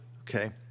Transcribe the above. Okay